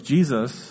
Jesus